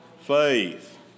faith